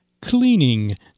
cleaning